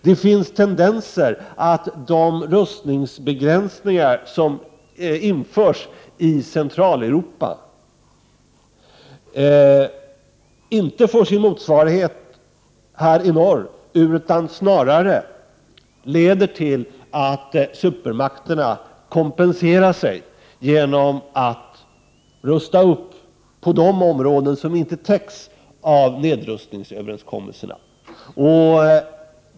Det finns tendenser till att de rustningsbegränsningar som införs i Centraleuropa inte får sin motsvarighet här i norr, utan snarare leder till att supermakterna kompenserar sig genom att rusta upp på de områden som inte täcks av nedrustningsöverenskommelserna.